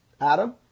Adam